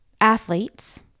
athletes